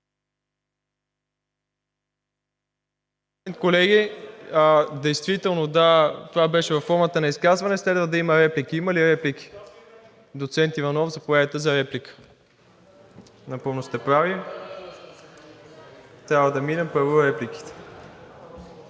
ИВАНОВ: Колеги, действително, да, това беше във формата на изказване. Следва да има реплики. Има ли реплики? Доцент Иванов, заповядайте за реплика. Напълно сте прав, трябва да минем първо репликите.